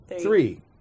Three